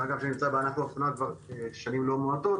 מעבר לכך שאני נמצא בענף האופנה כבר שנים לא מועטות